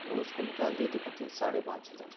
او اس کو نکال دیے تو کتنے ساڑھے پانچ ہزار